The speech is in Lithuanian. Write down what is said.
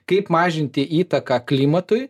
kaip mažinti įtaką klimatui